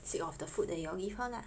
sick of the food that you all give her lah